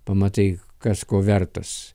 pamatai kas ko vertas